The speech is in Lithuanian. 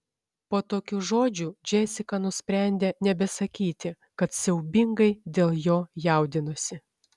po tokių žodžių džesika nusprendė nebesakyti kad siaubingai dėl jo jaudinosi